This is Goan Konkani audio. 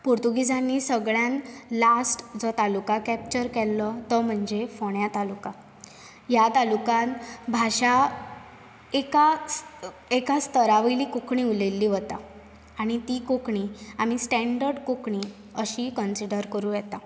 पोर्तुगेजांनी सगळ्यान लास्ट जो तालुका कॅप्चर केल्लो तो म्हणजे फोंड्या तालुका ह्या तालुक्यांत भाशा एका स्त एका स्तरा वयली कोंकणी उलयल्ली वता आनी ती कोंकणी आमी स्टॅण्डर्ड कोंकणी अशी कन्सिडर करूं येता